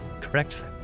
Correct